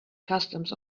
customs